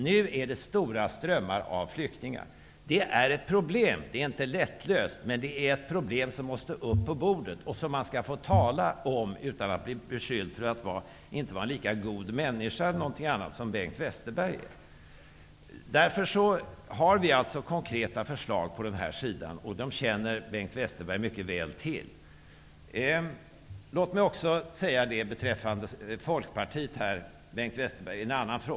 Nu är det stora strömmar av flyktingar. Det är ett problem, och det är inte lättlöst. Men det är ett problem som måste tas upp och som man får tala om utan att bli beskylld för att inte vara en lika god människa som Bengt Westerberg är. Därför har vi konkreta förslag på den här sidan, och dem känner Bengt Westerberg mycket väl till. Låt mig också beträffande Folkpartiet ta upp en annan fråga.